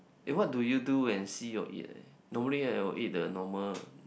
eh what do you do when see or eat eh normally I would eat the normal